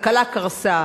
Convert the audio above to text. הכלכלה קרסה.